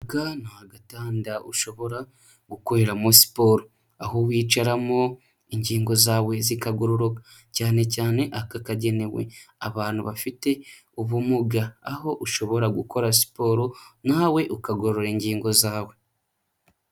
Aka ni agatanda ushobora gukoreramo siporo, aho wicaramo ingingo zawe zikagororoka, cyanecyane aka kagenewe abantu bafite ubumuga, aho ushobora gukora siporo nawe ukagorora ingingo zawe.